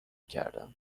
کردم